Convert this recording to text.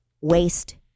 waste